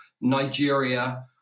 Nigeria